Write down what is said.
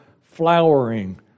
flowering